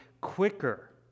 quicker